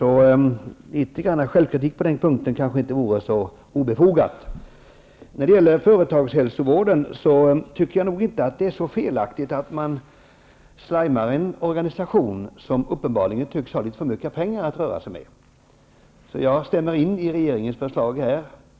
Litet grand självkritik på den punkten kanske inte vore så obefogad. När det gäller företagshälsovården tycker jag nog inte att det är så felaktigt att man slimmar en organisation som uppenbarligen tycks ha litet för mycket pengar att röra sig med. Jag stämmer in i regeringens förslag.